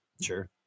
Sure